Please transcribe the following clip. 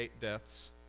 deaths